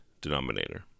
denominator